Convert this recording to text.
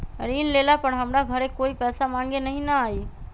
ऋण लेला पर हमरा घरे कोई पैसा मांगे नहीं न आई?